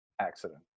accident